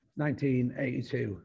1982